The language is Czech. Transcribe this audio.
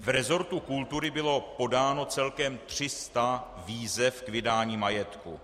V resortu kultury bylo podáno celkem 300 výzev k vydání majetku.